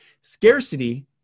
Scarcity